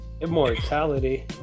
immortality